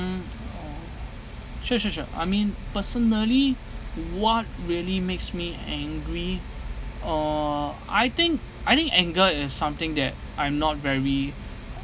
sure sure sure I mean personally what really makes me angry or I think I think anger is something that I'm not very